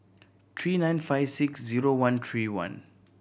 three nine five six zero one three one